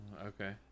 Okay